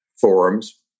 forums